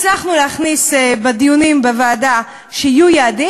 הצלחנו להכניס בדיונים בוועדה שיהיו יעדים,